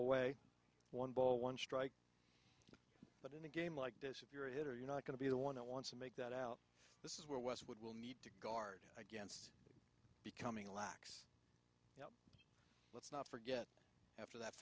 away one ball one strike but in a game like this if you're it or you're not going to be the one that wants to make that out this is where westwood will need to guard against becoming lax let's not forget after that